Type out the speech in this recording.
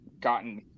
gotten